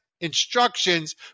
instructions